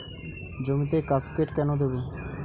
জমিতে কাসকেড কেন দেবো?